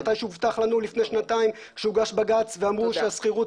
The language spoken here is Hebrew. מתי שהובטח לנו לפני שנתיים שהוגש בג"ץ ואמרו שהשכירות